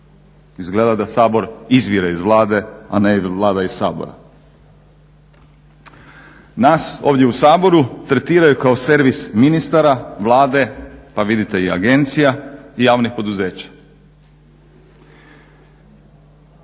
Izgleda da Sabor izvire iz Vlade, a ne Vlada iz Sabora. Nas ovdje u Saboru tretiraju kao servis ministara, Vlade, pa vidite i agencija i javnih poduzeća.